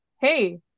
hey